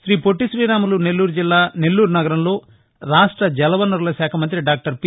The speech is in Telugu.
శ్రీపొట్లి శ్రీరాములు నెల్లూరుజిల్లా నెల్లూరు నగరంలో రాష్ట జలవనరుల శాఖ మంతి డాక్టర్ పి